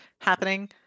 happening